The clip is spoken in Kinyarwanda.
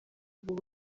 ubu